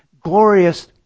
glorious